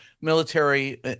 military